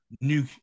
new